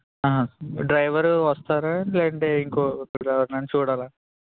driver వస్తారా లేదంటే ఇంకో ఎవరినైనా చూడాలా